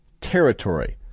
territory